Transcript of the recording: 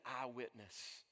eyewitness